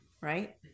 right